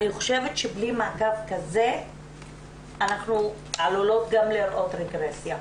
אני חושבת שבלי מעקב כזה אנחנו עלולות גם לראות רגרסיה.